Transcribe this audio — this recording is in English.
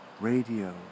Radio